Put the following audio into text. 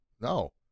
no